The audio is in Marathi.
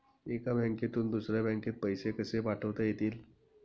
एका बँकेतून दुसऱ्या बँकेत पैसे कसे पाठवता येतील?